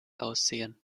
aussehen